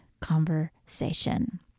conversation